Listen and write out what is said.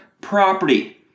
property